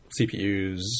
CPUs